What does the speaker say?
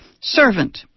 servant